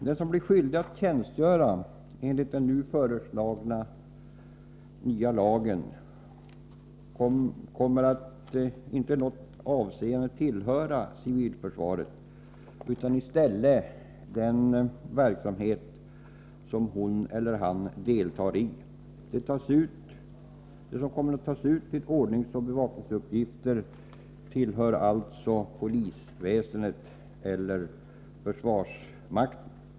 Den som blir skyldig att tjänstgöra enligt den föreslagna lagen kommer inte i något avseende att tillhöra civilförsvaret utan i stället den verksamhet som hon eller han deltar i. De som kommer att tas ut till ordningsoch bevakningsuppgifter tillhör alltså polisväsendet eller försvarsmakten.